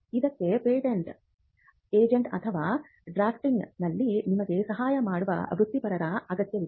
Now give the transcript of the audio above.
ಇದಕ್ಕೆ patent agent ಅಥವಾ ಡ್ರಾಫ್ಟಿಂಗ್ನಲ್ಲಿ ನಿಮಗೆ ಸಹಾಯ ಮಾಡುವ ವೃತ್ತಿಪರರ ಅಗತ್ಯವಿದೆ